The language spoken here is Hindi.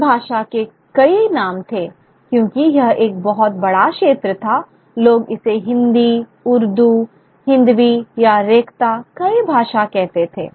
इस भाषा के कई नाम थे क्योंकि यह एक बहुत बड़ा क्षेत्र था लोग इसे हिंदी उर्दू हिंदवी या रेख्ता कई भाषा कहते थे